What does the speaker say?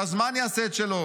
שהזמן יעשה את שלו,